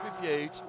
reviewed